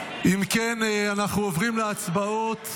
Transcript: אם כן, אנחנו עוברים להצבעות.